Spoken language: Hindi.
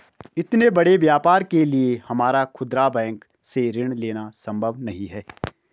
इतने बड़े व्यापार के लिए हमारा खुदरा बैंक से ऋण लेना सम्भव नहीं है